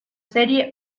serie